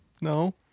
No